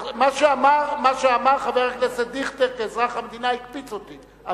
מה שאמר חבר הכנסת דיכטר כאזרח המדינה הקפיץ אותי,